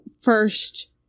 first